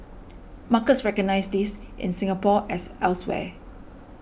markets recognise this in Singapore as elsewhere